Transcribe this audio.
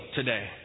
today